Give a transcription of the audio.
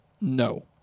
No